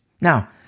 Now